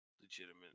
legitimate